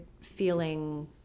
feeling